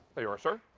you are so.